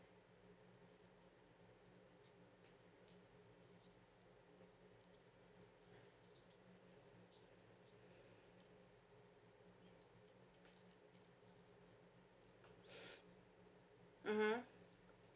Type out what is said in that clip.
mmhmm